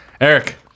Eric